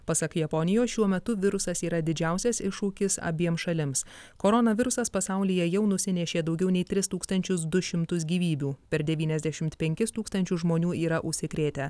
pasak japonijos šiuo metu virusas yra didžiausias iššūkis abiem šalims koronavirusas pasaulyje jau nusinešė daugiau nei tris tūkstančius du šimtus gyvybių per devyniasdešim penkis tūkstančius žmonių yra užsikrėtę